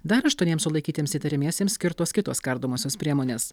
dar aštuoniems sulaikytiems įtariamiesiems skirtos kitos kardomosios priemonės